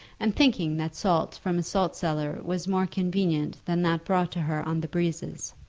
and thinking that salt from a saltcellar was more convenient than that brought to her on the breezes.